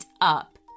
up